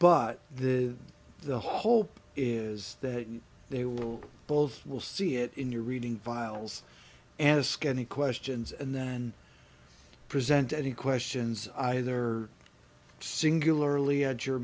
but the the hope is that they will both will see it in your reading viles and ask any questions and then present any questions either singularly a jur